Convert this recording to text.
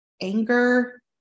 anger